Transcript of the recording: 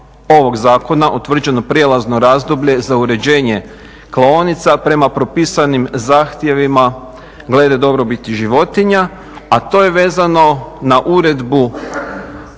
za uređenje klaonica prema propisanim zahtjevima glede dobrobiti životinja, a to je vezano na uredbu